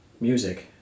music